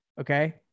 okay